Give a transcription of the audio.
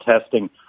testing